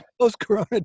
post-corona